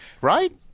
Right